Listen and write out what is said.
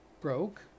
broke